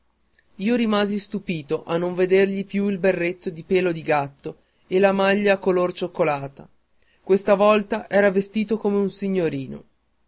seconda rimasi stupito a non vedergli più il berretto di pel di gatto e la maglia color cioccolata questa volta era vestito come un signorino